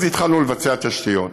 אז התחלנו לבצע תשתיות.